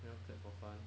you want to clap for fun